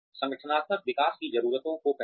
संगठनात्मक विकास की ज़रूरतों को पहचाने